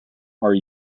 are